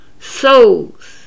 souls